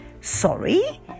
Sorry